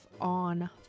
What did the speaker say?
on